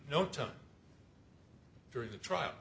no time during the trial